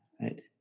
right